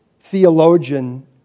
theologian